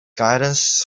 guidance